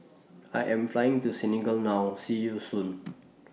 I Am Flying to Senegal now See YOU Soon